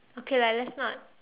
okay lah let's not